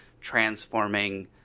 transforming